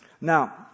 Now